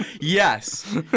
Yes